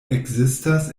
ekzistas